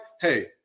Hey